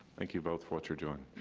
thank you both for what you're doing.